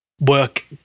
work